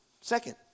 Second